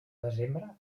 desembre